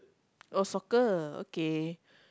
oh soccer okay